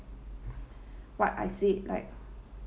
what I said like